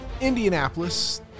Indianapolis